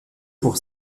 pour